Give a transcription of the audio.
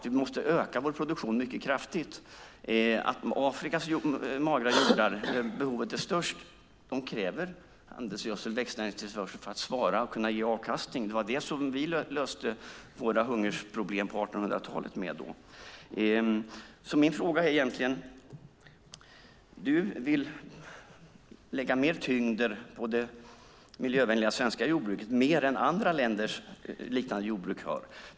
Vi måste öka vår produktion kraftigt. Behovet är störst för Afrikas magra jordar. De kräver handelsgödsel och växtnäringstillförsel för att svara och ge avkastning. Det var vad vi löste våra hungerproblem med på 1800-talet. Min fråga är: Du vill lägga mer tyngd på det miljövänliga svenska jordbruket och mer än vad andra länders liknande jordbruk har.